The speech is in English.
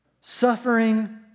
Suffering